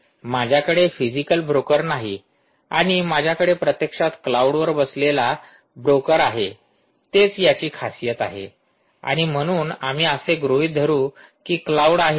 माझ्याकडे physical broker नाही आणि माझ्याकडे प्रत्यक्षात क्लाउडवर बसलेला ब्रोकर आहे तेच याची खासियत आहे आणि म्हणून आम्ही असे गृहीत धरु कि एक क्लाउड आहे